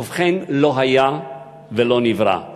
ובכן, לא היה ולא נברא.